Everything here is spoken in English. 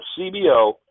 CBO